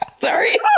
Sorry